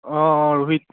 অঁ অঁ ৰোহিত